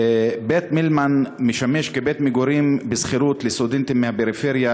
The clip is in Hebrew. בית-מילמן משמש כבית-מגורים בשכירות לסטודנטים מהפריפריה